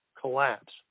collapse